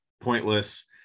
pointless